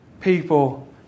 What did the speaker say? people